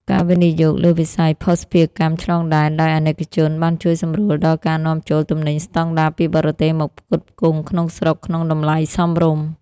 ការវិនិយោគលើវិស័យភស្តុភារកម្មឆ្លងដែនដោយអាណិកជន បានជួយសម្រួលដល់ការនាំចូលទំនិញស្ដង់ដារពីបរទេសមកផ្គត់ផ្គង់ក្នុងស្រុកក្នុងតម្លៃសមរម្យ។